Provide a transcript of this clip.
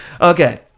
Okay